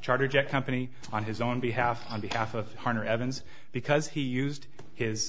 charter jet company on his own behalf on behalf of harner evans because he used his